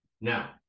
Now